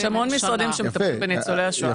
יש המון משרדים שמטפלים בניצולי השואה.